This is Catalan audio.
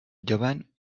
llevant